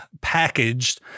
packaged